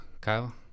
Kyle